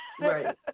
Right